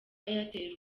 airtel